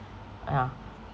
yeah